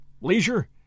Leisure